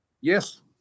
Yes